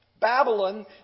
Babylon